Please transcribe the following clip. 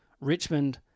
Richmond